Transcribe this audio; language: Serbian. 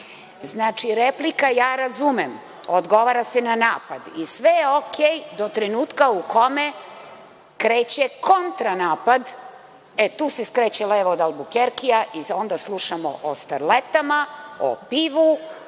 Znači, replika, ja razumem, odgovara se na napad i sve je o-kej do trenutka u kome kreće kontra napad. Tu se skreće levo od Albukerkija i onda slušamo o starletama, o pivu,